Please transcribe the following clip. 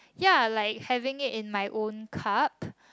ya like having it in my own cup